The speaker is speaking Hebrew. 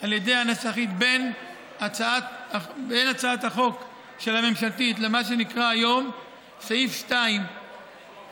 על ידי הנסחית בין הצעת החוק של הממשלתית למה שנקרא היום סעיף 2 לחוק,